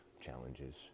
challenges